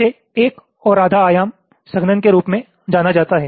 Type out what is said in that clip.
इसे 1 और आधा आयाम संघनन के रूप में जाना जाता है